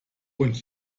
und